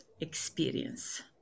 experience